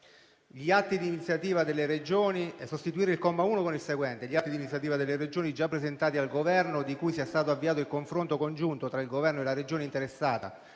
degli atti di iniziativa delle Regioni già presentati al Governo, di cui sia stato avviato il confronto congiunto tra il Governo e la Regione interessata